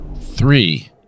Three